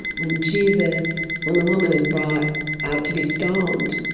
when jesus when the woman is brought out to be stoned,